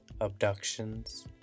abductions